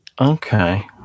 Okay